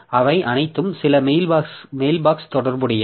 அவை அனைத்தும் சில மெயில்பாக்ஸ் தொடர்புடையவை